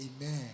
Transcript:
Amen